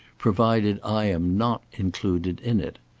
provided i am not included in it.